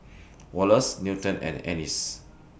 Wallace Newton and Ennis